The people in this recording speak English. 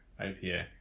IPA